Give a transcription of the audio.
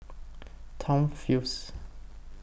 Tom Phillips